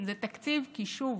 זה תקציב, שוב,